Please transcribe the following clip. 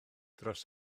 dros